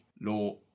law